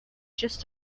just